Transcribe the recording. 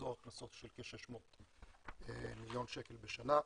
מחזור הכנסות של כ-600 מיליון שקל בשנה.